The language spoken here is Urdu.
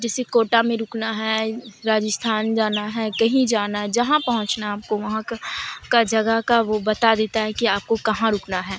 جیسے کوٹا میں رکنا ہے راجستھان جانا ہے کہیں جانا ہے جہاں پہنچنا ہے آپ کو وہاں کا کا جگہ کا وہ بتا دیتا ہے کہ آپ کو کہاں رکنا ہے